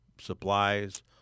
supplies